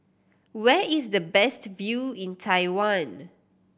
where is the best view in Taiwan